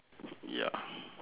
ya